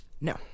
No